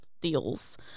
deals